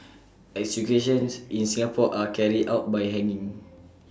executions in Singapore are carried out by hanging